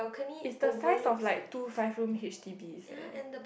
is the size of like two five room H_D_Bs eh